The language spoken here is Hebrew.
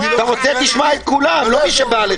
אתה רוצה, תשמע את כולם ולא את מי שבא לך.